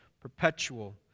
perpetual